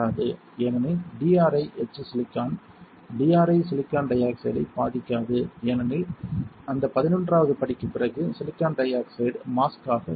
ஏனெனில் DRI etch silicon DRI silicon டை ஆக்சைடைப் பாதிக்காது ஏனெனில் அந்த பதினொன்றாவது படிக்குப் பிறகு சிலிக்கான் டை ஆக்சைடு மாஸ்க் ஆகச் செயல்படும்